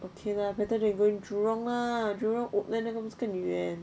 okay lah better than going jurong lah jurong woodlands 不是跟远